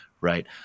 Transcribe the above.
right